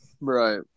Right